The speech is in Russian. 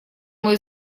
мой